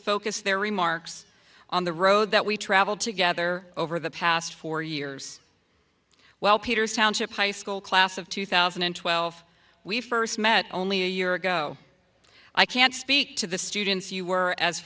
focus their remarks on the road that we travelled together over the past four years well peters township high school class of two thousand and twelve we first met only a year ago i can't speak to the students you were as